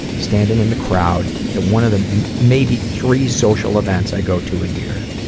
standing in the crowd, at one of the maybe three social events i go to a year.